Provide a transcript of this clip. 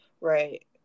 Right